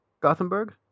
Gothenburg